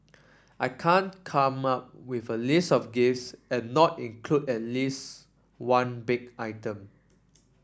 I can't come up with a list of gifts and not include at least one baked item